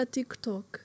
TikTok